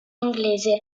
inglese